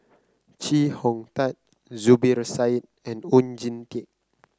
Chee Hong Tat Zubir Said and Oon Jin Teik